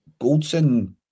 Goldson